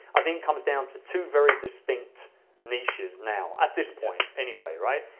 i think comes down to two very distinct niches now, at this point anyway, right?